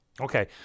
Okay